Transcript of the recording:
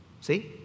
See